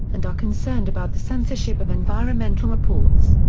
and are concerned about the censorship of environmental reports.